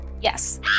Yes